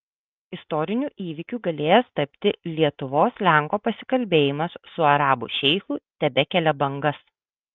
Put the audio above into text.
istoriniu įvykiu galėjęs tapti lietuvos lenko pasikalbėjimas su arabų šeichu tebekelia bangas